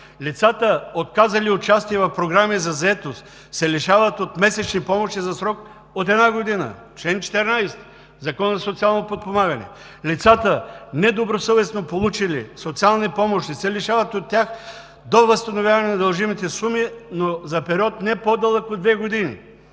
„Лицата, отказали участие в програми за заетост, се лишават от месечни помощи за срок от една година“; - чл. 14 от Закона за социално подпомагане: „Лицата, недобросъвестно получили социални помощи, се лишават от тях до възстановяване на дължимите суми, но за период, не по-дълъг от две години“;